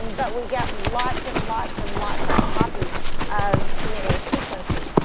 but we get lots and lots and lots of copies of dna sequences.